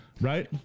right